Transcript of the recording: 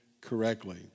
correctly